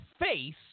face